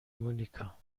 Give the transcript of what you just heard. مونیکا